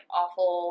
awful